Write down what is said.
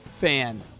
fan